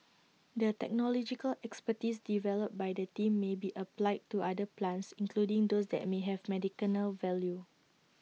the technological expertise developed by the team may be applied to other plants including those that may have medicinal value